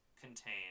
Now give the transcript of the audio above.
contain